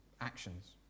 actions